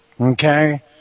Okay